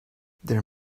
there